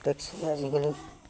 taxi আজিকালি